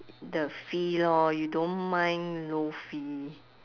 the fee lor you don't mind low fee